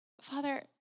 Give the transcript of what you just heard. Father